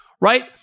right